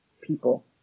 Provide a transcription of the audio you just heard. people